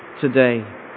today